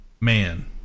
man